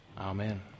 amen